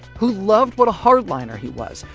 who loved what a hard-liner he was,